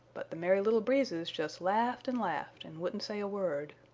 but the merry little breezes just laughed and laughed and wouldn't say a word.